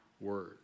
word